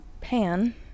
Pan